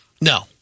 No